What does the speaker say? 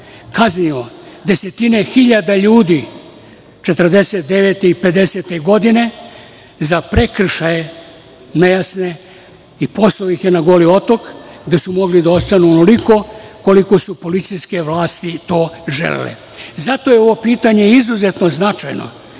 kaznio desetine hiljada ljudi 1949. i 1950. godine za prekršaje nejasne i poslao ih je na Goli otok, gde su mogli da ostanu onoliko koliko su policijske vlasti to želele. Zato je ovo pitanje izuzetno značajno,